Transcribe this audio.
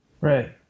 Right